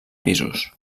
pisos